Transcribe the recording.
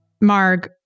Marg